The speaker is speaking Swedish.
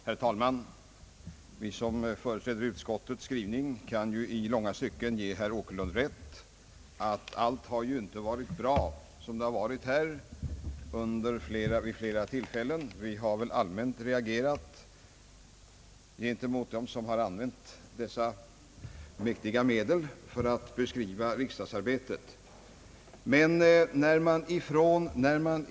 Herr talman! Vi som företräder utskottets majoritet kan i långa stycken ge herr Åkerlund rätt. Allt har inte varit bra och det har funnits skäl för kritik vid flera tillfällen. Vi har väl allmänt reagerat mot dem som använt dessa mäktiga medel för att beskriva riksdagsarbetet på ett sätt som är väl bekant här i huset.